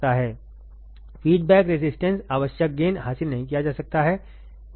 feedback रेसिस्टेन्सआवश्यक gain हासिल नहीं किया जा सकता है ठीक है